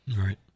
Right